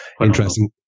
interesting